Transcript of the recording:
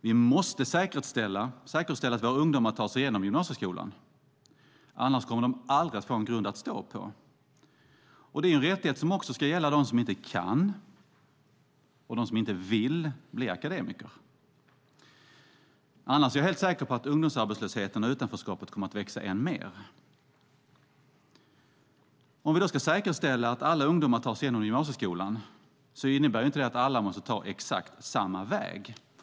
Vi måste säkerställa att våra ungdomar tar sig igenom gymnasieskolan, annars kommer de aldrig att få en grund att stå på. Det är en rättighet som också ska gälla dem som inte kan eller vill bli akademiker. Annars är jag helt säker på att ungdomsarbetslösheten och utanförskapet kommer att växa än mer. Om vi ska säkerställa att alla ungdomar tar sig igenom gymnasieskolan innebär det inte att alla måste ta exakt samma väg.